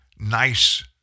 nice